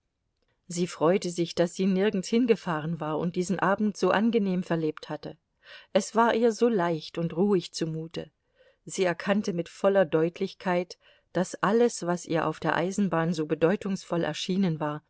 sie freute sich daß sie nirgends hingefahren war und diesen abend so angenehm verlebt hatte es war ihr so leicht und ruhig zumute sie erkannte mit voller deutlichkeit daß alles was ihr auf der eisenbahn so bedeutungsvoll erschienen war